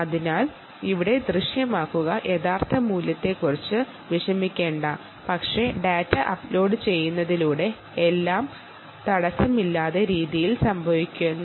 അതിനാൽ ഇവിടെ ദൃശ്യമാകുന്ന യഥാർത്ഥ വാല്യുവിനെക്കുറിച്ച് വിഷമിക്കേണ്ട പക്ഷേ ഡാറ്റ അപ്ലോഡുചെയ്യുന്നതിലൂടെ എല്ലാം തടസ്സമില്ലാത്ത രീതിയിൽ സംഭവിക്കുന്നു